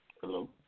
Hello